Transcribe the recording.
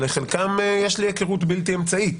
יש לי היכרות בלתי אמצעית